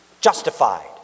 justified